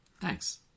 Thanks